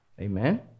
Amen